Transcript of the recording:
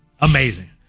Amazing